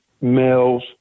males